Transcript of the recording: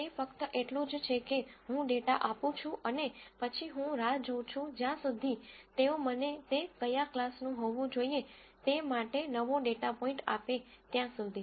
તે ફક્ત એટલું જ છે કે હું ડેટા આપું છું અને પછી હું રાહ જોઉં છું જ્યાં સુધી તેઓ મને તે કયા ક્લાસનું હોવો જોઈએ તે માટે નવો ડેટા પોઇન્ટ આપે ત્યાં સુધી